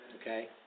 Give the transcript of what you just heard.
okay